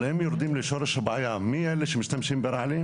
אבל אם יורדים לשורש הבעיה מי אלה שמשתמשים ברעלים?